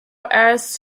arrests